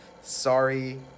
sorry